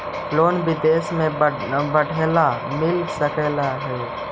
Loan विदेश में पढ़ेला मिल सक हइ?